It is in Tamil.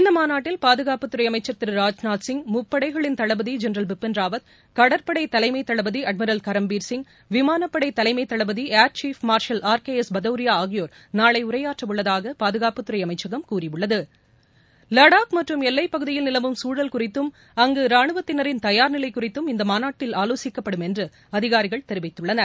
இந்த மாநாட்டில் பாதுகாப்புத் துறை அமைச்சர் திரு ராஜ்நாத் சிங் முப்படைகளின் தளபதி ஜென்ரல் பிபின் ராவத் கடற்பளட தலைமை தளபதி திரு கரம்பீர் சிங் விமானப்பளட தலைமை தளபதி திரு ஆர் கே எஸ் பதாரியா ஆகியோர் நாளை உரையாற்றவுள்ளதாக பாதுகாப்புத் துறை அமைச்சகம் கூறியுள்ளது லடாக் மற்றும் எல்லைப் பகுதிகளில் நிலவும் சூழல் குறித்தும் அங்கு ராணுவத்தினரின் தயார் நிலை குறித்தும் இந்த மாநாட்டில் ஆலோசிக்கப்படும் என்று அதிகாரிகள் தெரிவித்துள்ளனர்